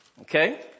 Okay